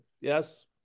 Yes